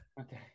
okay